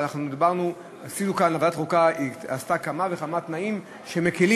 אבל ועדת חוקה עשתה כמה וכמה תנאים שמקלים